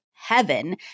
heaven